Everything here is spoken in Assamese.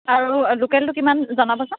আৰু লোকেলটো কিমান জনাবচোন